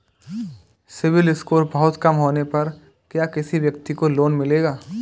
CIBIL score बहुत कम होने पर क्या किसी व्यक्ति को लोंन मिलेगा?